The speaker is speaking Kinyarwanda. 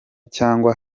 cyangwa